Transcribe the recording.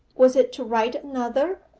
was it to write another,